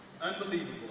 unbelievable